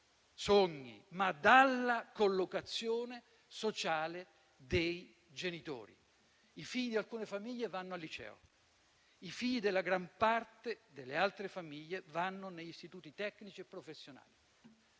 singolo, ma dalla collocazione sociale dei genitori. I figli di alcune famiglie vanno al liceo. I figli della gran parte delle altre famiglie vanno negli istituti tecnici e professionali.